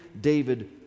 David